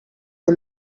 you